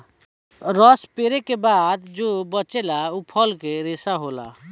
रस पेरे के बाद जो बचेला उ फल के रेशा होला